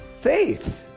faith